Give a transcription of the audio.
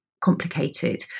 complicated